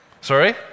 Sorry